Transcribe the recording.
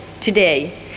today